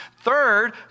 Third